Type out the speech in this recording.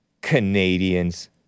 Canadians